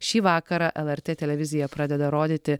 šį vakarą lrt televizija pradeda rodyti